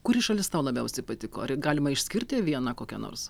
kuri šalis tau labiausiai patiko ar galima išskirti vieną kokią nors